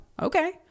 Okay